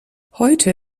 heute